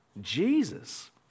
Jesus